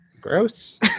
Gross